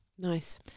Nice